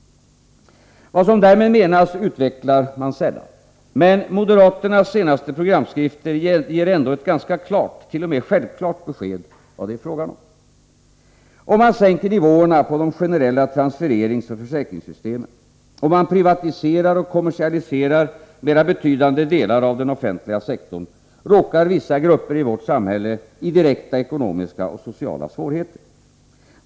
Vad som därmed menas utvecklar man sällan. Men moderaternas senaste programskrifter ger ändå ett ganska klart — t.o.m. självklart — besked, vad det är fråga om. Om man sänker nivåerna på de generella transfereringsoch försäkringssystemen, om man privatiserar och kommersialiserar mera betydande delar av den offentliga sektorn, råkar vissa grupper i vårt samhälle i direkta ekonomiska och sociala svårigheter.